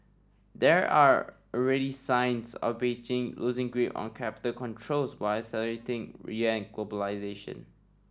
there are already signs of Beijing loosing grip on capital controls while accelerating yuan globalisation